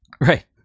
Right